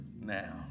now